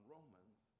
Romans